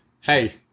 Hey